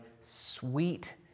sweet